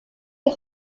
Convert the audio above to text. les